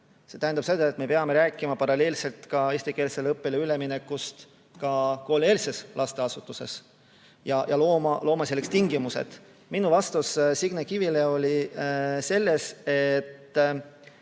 põhihariduses, siis me peame rääkima paralleelselt eestikeelsele õppele üleminekust ka koolieelses lasteasutuses ja looma selleks tingimused. Minu vastus Signe Kivile oli see, et